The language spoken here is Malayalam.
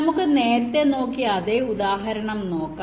നമുക്ക് നേരത്തെ നോക്കിയ അതേ ഉദാഹരണം നോക്കാം